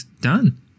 done